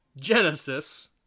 Genesis